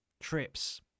trips